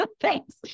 Thanks